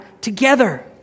together